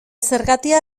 zergatia